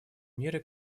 меры